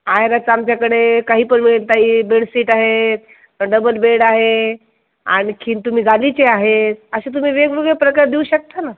आहेराचं आमच्याकडे काही पण मिळेल ताई बेडशीट आहेत डबल बेड आहे आणखी तुम्ही गालिचे आहेत असे तुम्ही वेगवेगळे प्रकार देऊ शकता ना